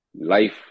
life